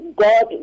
God